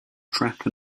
track